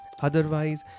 Otherwise